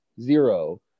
Zero